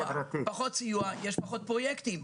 פחות סיוע, יש פחות פרויקטים.